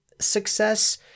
success